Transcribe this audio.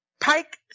Pike